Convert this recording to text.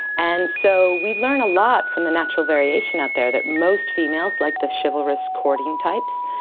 and so we learn a lot from the natural variation out there, that most females like the chivalrous courting types,